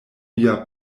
via